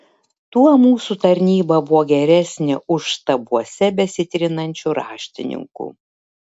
tuo mūsų tarnyba buvo geresnė už štabuose besitrinančių raštininkų